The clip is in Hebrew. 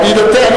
אני נותן.